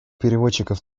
переводчиков